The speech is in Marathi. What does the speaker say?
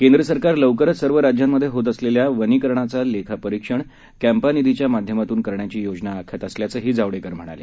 केंद्र सरकार लवकरच सर्व राज्यांमध्ये होत असलेल्या वनीकरणाचं लेखा परीक्षण काम्पा निधीच्या माध्यमातून करण्याची योजना आखत असल्याचंही जावडेकर यांनी सांगितलं